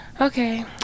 okay